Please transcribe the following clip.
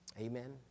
Amen